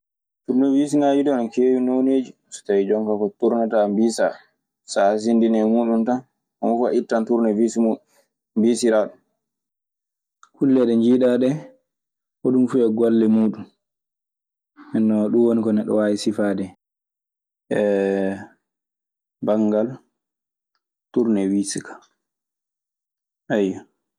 Turnewiisiŋaaji duu ana keewi nooneeji so tawi jonkaa won ko turnata wisaa. Sa a hassindini e muuɗum tan homo fuu a ittan turnewiisi muuɗum mbiisiraa ɗum. Kulle ɗe njiiɗaa ɗee, hoɗun fuu e golle muuɗun. Nden non ɗun woni ko neɗɗo waawi sifaade hen e banngal turnewiis kaa, ayyo.